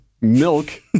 milk